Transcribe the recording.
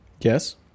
Yes